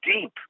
deep